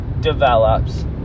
develops